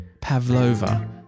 Pavlova